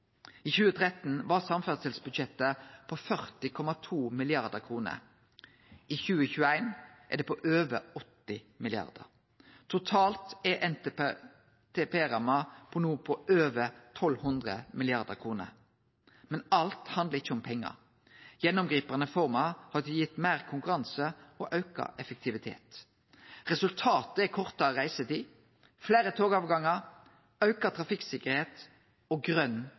I 2013 var samferdselsbudsjettet på 40,2 mrd. kr. I 2021 er det på over 80 mrd. kr. Totalt er NTP-ramma no på over 1 200 mrd. kr. Men alt handlar ikkje om pengar. Gjennomgripande reformer har gitt meir konkurranse og auka effektivitet. Resultatet er kortare reisetid, fleire togavgangar, auka trafikksikkerheit og